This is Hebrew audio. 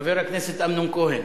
חבר הכנסת אמנון כהן